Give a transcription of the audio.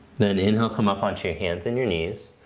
then inhale, come up onto your hands and your knees.